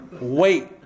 Wait